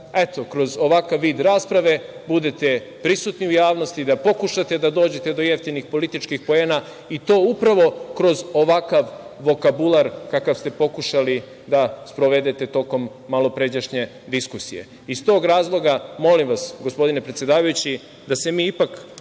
eto, kroz ovakav vid rasprave budete prisutni u javnosti, da pokušate da dođete do jeftinih političkih poena, i to upravo kroz ovakav vokabular kakav ste pokušali da sprovedete tokom malopređašnje diskusije. Iz tog razloga, molim vas, gospodine predsedavajući, da se mi ipak